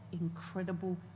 incredible